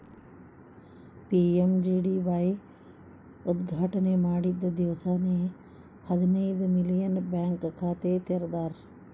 PMJDY ಉದ್ಘಾಟನೆ ಮಾಡಿದ್ದ ದಿವ್ಸಾನೆ ಹದಿನೈದು ಮಿಲಿಯನ್ ಬ್ಯಾಂಕ್ ಖಾತೆ ತೆರದಾರ್